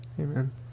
Amen